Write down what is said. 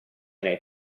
nel